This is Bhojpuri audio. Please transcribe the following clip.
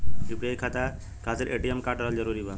यू.पी.आई खाता खातिर ए.टी.एम कार्ड रहल जरूरी बा?